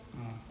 mm